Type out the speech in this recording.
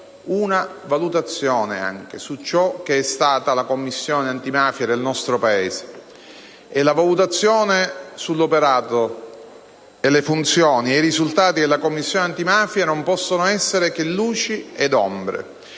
una valutazione su ciò che è stata la Commissione antimafia nel nostro Paese. La valutazione sull'operato, le funzioni e i risultati della Commissione antimafia non può che essere fatta di luci e ombre: